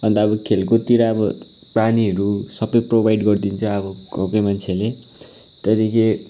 अन्त अब खेलकुदतिर अब पानीहरू सबै प्रोभाइड गरिदिन्छ अब गाउँकै मान्छेहरूले त्यहाँदेखि